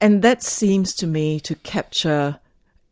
and that seems to me to capture